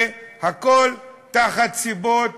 והכול תחת סיבות